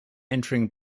entering